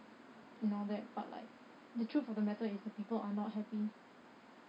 and all that but like the truth of the matter is the people are not happy